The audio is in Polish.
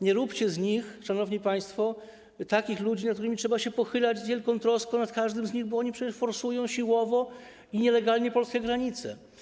Nie róbcie z nich, szanowni państwo, takich ludzi, nad którymi trzeba się pochylać z wielką troską, nad każdym z nich, bo oni przecież forsują siłowo i nielegalnie polskie granice.